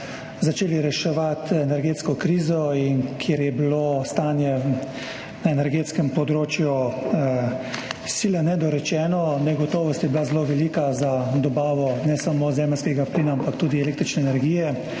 začeli reševati energetsko krizo in v katerem je bilo stanje na energetskem področju sile nedorečeno. Negotovost je bila zelo velika za dobavo ne samo zemeljskega plina, ampak tudi električne energije.